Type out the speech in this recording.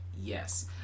Yes